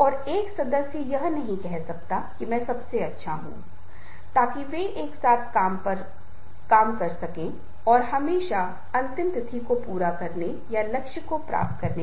और उसे यह समझना चाहिए कि वह दूसरों को कैसे प्रेरित करने वाला है